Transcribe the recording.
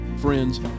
friends